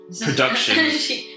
production